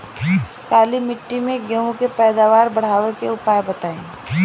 काली मिट्टी में गेहूँ के पैदावार बढ़ावे के उपाय बताई?